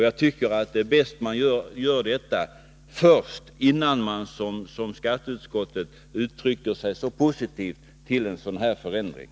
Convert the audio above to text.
Jag tycker att det vore bäst att göra detta först — innan man, som skatteutskottet gjort, uttalar sig så positivt om en sådan här förändring.